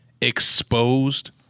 exposed